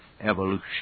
evolution